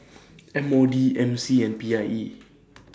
M O D M C and P I E